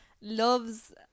loves